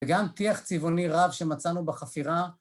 וגם טיח צבעוני רב שמצאנו בחפירה.